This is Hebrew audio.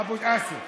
אבו שחאדה.